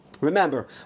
Remember